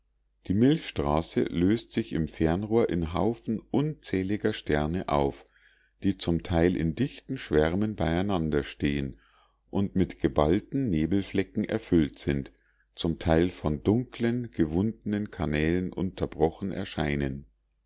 die milchstraße löst sich im fernrohr in haufen unzähliger sterne auf die zum teil in dichten schwärmen beieinander stehen und mit geballten nebelflecken erfüllt sind zum teil von dunkeln gewundenen kanälen unterbrochen erscheinen